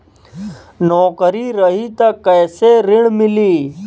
नौकरी रही त कैसे ऋण मिली?